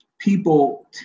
people